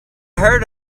heard